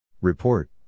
Report